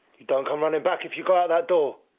don't come running back if you go out that door.